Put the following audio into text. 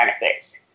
benefits